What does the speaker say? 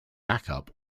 backup